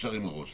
אפשר עם הראש.